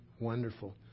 wonderful